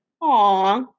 Aw